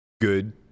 good